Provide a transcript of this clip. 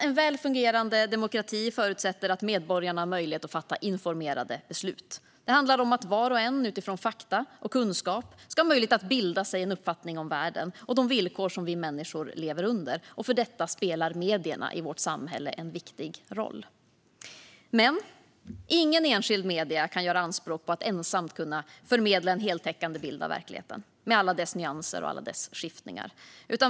En väl fungerande demokrati förutsätter att medborgarna har möjlighet att fatta informerade beslut. Det handlar om att var och en utifrån fakta och kunskap ska ha möjlighet att bilda sig en uppfattning om världen och de villkor som vi människor lever under. För detta spelar medierna i vårt samhälle en viktig roll. Men inga enskilda medier kan göra anspråk på att ensamma kunna förmedla en heltäckande bild av verkligheten med alla dess nyanser och skiftningar.